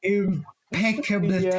impeccable